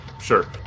Sure